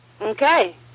Okay